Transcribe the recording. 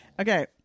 okay